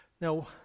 Now